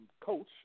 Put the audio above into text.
Coach